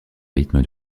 rythme